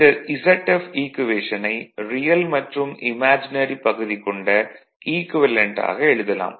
இந்த Zf ஈக்குவேஷனை real மற்றும் இமேஜனரி பகுதி கொண்ட ஈக்குவேலன்ட் ஆக எழுதலாம்